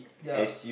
ya